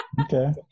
okay